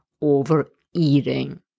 overeating